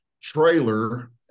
trailer